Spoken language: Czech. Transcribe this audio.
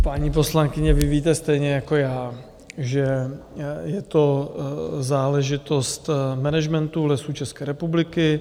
Paní poslankyně, vy víte stejně jako já, že je to záležitost managementu Lesů České republiky.